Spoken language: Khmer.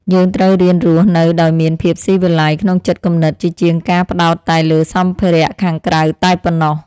យើងត្រូវរៀនរស់នៅដោយមានភាពស៊ីវិល័យក្នុងចិត្តគំនិតជាជាងការផ្តោតតែលើសម្ភារៈខាងក្រៅតែប៉ុណ្ណោះ។